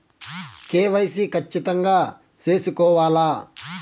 KYC ఖచ్చితంగా సేసుకోవాలా